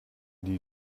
die